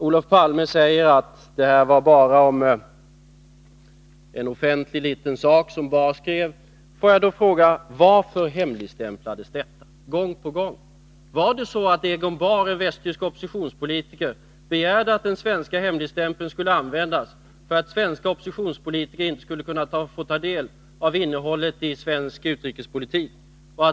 Olof Palme säger att det Egon Bahr skrev bara handlade om en liten offentlig sak. Får jag då fråga: Varför hemligstämplades detta gång på gång? Var det så att Egon Bahr, en västtysk oppositionspolitiker, begärde att den svenska hemligstämpeln skulle användas för att svenska oppositionspolitiker inte skulle få ta del av innehållet i svensk utrikespolitik?